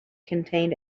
contained